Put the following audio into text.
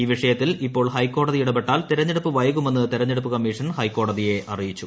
ഈ വിഷയ്യത്തിൽ ഇപ്പോൾ ഹൈക്കോടതി ഇടപെട്ടാൽ തെരഞ്ഞെടുപ്പ് പ്ലൈകുമെന്ന് തെരഞ്ഞെടുപ്പ് കമ്മീഷൻ ഹൈക്കോട്ടത്തിയെ അറിയിച്ചു